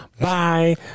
Bye